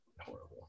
horrible